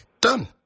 Done